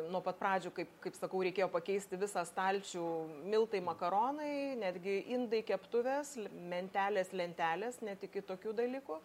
nuo pat pradžių kaip kaip sakau reikėjo pakeisti visą stalčių miltai makaronai netgi indai keptuvės mentelės lentelės net iki tokių dalykų